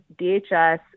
dhs